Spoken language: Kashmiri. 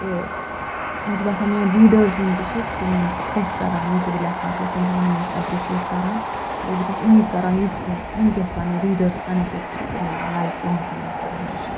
تہٕ مےٚ چھُ بسان میٛٲنۍ ریٖڈٲرٕس یِم تہِ چھِ تِمن چھُ خۄش کَران یہِ تہِ بہٕ لٮ۪کھان چھَس تِم چھِ مےٚ ہمیش اٮ۪پرِشیٹ کران بیٚیہِ بہٕ چھَس اُمید کَران یُتھ مےٚ وٕنۍکٮ۪س پنٕنۍ ریٖڈٲرٕس کنٮ۪کٹِڈ چھِ تِم روزن لایِف لانٛگ کنٮ۪کٹِڈ ہمیشہِ